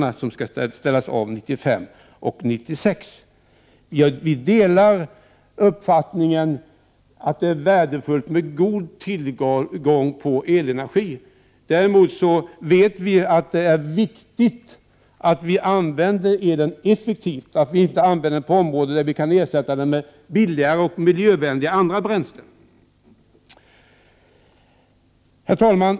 Vid en riktig hantering av avvecklingen blir kostnaden en helt annan. Vi delar uppfattningen att det är värdefullt med god tillgång på elenergi. Dock vet vi också att det är viktigt att vi använder elen effektivt, inte på områden där vi kan ersätta den med billigare och miljövänligare bränslen. Herr talman!